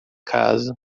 casa